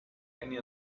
any